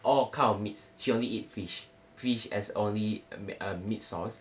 all kind of meats she only eat fish fish as only a meat source